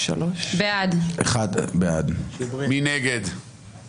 כפי שהוצבע עד עכשיו על ההסתייגויות.